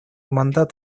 мандат